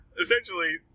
essentially